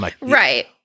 Right